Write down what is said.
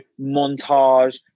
montage